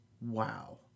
wow